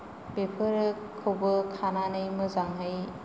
बेफोरोखौबो खानानै मोजाङै